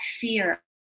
fear